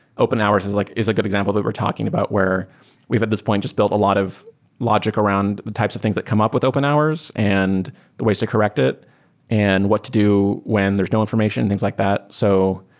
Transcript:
open hours is like is a good example that we're talking about where we've at this point just built a lot of logic around the types of things that come up with open hours and the ways to correct it and what to do when there's no information and things like that. so